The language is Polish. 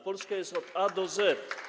Polska jest od A do Z.